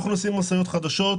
אנחנו נוסעים במשאיות חדשות,